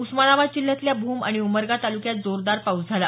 उस्मानाबाद जिल्ह्यातल्या भूम आणि उमरगा तालुक्यात जोरदार पाऊस झाला